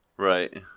Right